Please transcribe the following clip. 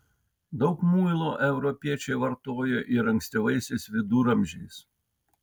daug muilo europiečiai vartojo ir ankstyvaisiais viduramžiais